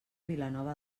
vilanova